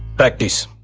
practice